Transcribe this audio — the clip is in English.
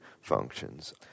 functions